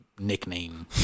nickname